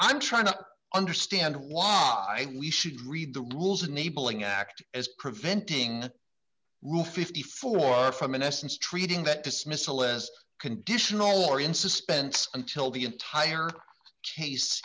i'm trying to understand why we should read the rules enabling act as preventing rule fifty four dollars from in essence treating that dismissal as conditional or in suspense until the entire case